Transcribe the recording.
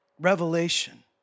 revelation